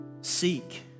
Seek